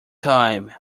time